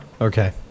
Okay